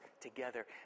together